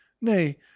Nay